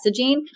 messaging